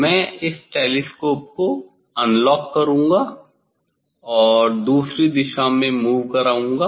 मैं इस टेलीस्कोप को अनलॉक करूंगा और दूसरी दिशा में मूव कराऊंगा